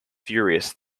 furious